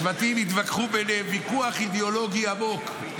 השבטים התווכחו ביניהם ויכוח אידיאולוגי עמוק.